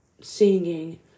singing